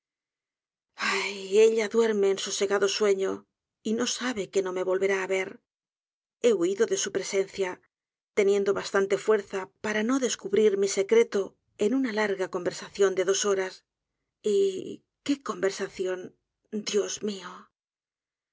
ah ella duerme en sosegado sueño y no sabe que no me volverá á ver he huido de su presencia teniendo bastante fuerza para no'descubrir nii secretó en una larga conversación de dos horas y qué conversación dios mió